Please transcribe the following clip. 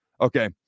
Okay